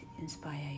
inspire